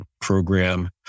program